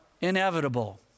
inevitable